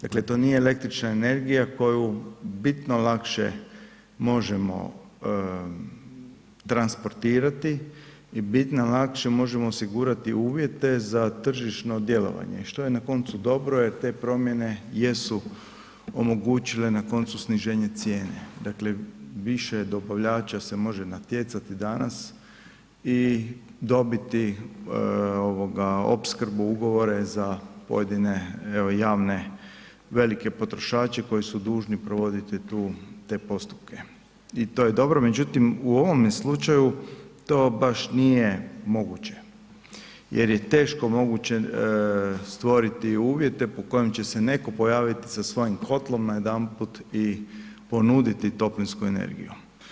Dakle to nije električna energija koju bitno lakše možemo transportirati i bitno lakše možemo osigurati uvjete za tržišno djelovanje što je na koncu dobro jer te promjene jesu omogućile na koncu sniženje cijene, dakle više dobavljača se može natjecati danas i dobiti opskrbu, ugovore evo javne velike potrošače koji su dužni provoditi te postupke i to je dobro, međutim u ovome slučaju, to baš nije moguće jer je teško moguće stvoriti uvjete po kojima će se netko pojaviti sa svojim kotlom najedanput i ponuditi toplinsku energiju.